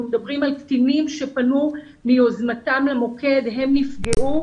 מדברים על קטינים שפנו מיוזמתם למוקד כי הם נפגעו